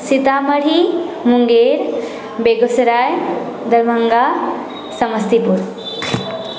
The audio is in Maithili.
सीतामढ़ी मुङ्गेर बेगूसराय दरभङ्गा समस्तीपुर